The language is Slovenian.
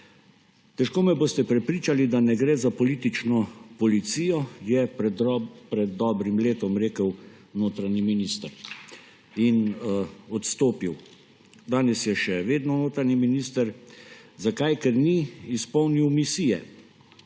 Težko me boste prepričali, da ne gre za politično policijo, je pred dobrim letom rekel notranji minister in odstopil. Danes je še vedno notranji minister. Zakaj? Ker ni izpolnil misije,